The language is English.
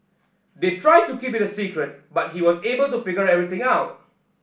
they tried to keep it a secret but he was able to figure everything out